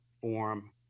form